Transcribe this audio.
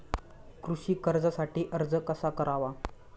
कृषी कर्जासाठी अर्ज कसा करावा?